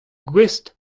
gouest